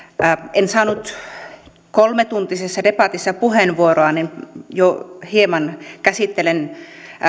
en saanut kolmetuntisessa debatissa puheenvuoroa niin hieman käsittelen